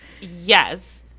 Yes